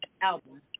album